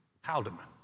Haldeman